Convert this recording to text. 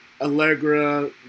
Allegra